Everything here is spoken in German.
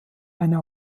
eine